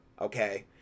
okay